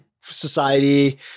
society